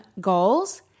goals